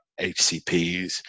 HCPs